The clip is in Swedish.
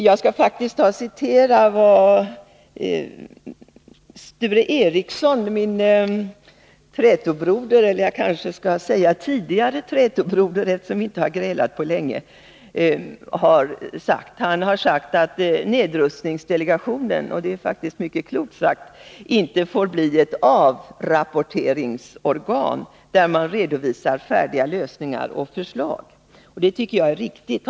Jag skall faktiskt citera vad Sture Ericson, min trätobroder — eller jag kanske skall säga tidigare trätobroder, eftersom vi inte grälat på länge —, har sagt. Han har sagt — och det är faktiskt mycket klokt — att nedrustningsdelegationen inte får bli ett avrapporteringsorgan, där man redovisar färdiga lösningar och förslag. Det tycker jag är riktigt.